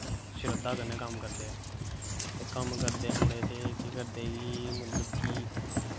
सर्ध्द कन्नैं कम्म करदे ऐ के कम्म करदे मुड़े ते केह् करदे कि निक्की ओह् करदे